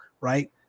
right